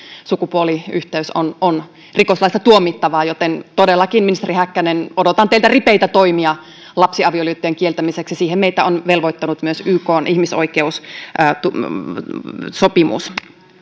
sukupuoliyhteys on on rikoslaissa tuomittavaa joten todellakin ministeri häkkänen odotan teiltä ripeitä toimia lapsiavioliittojen kieltämiseksi siihen meitä on velvoittanut myös ykn ihmisoikeussopimus